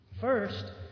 First